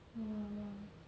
ya ya ya